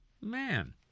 Man